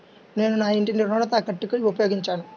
నేను నా ఇంటిని రుణ తాకట్టుకి ఉపయోగించాను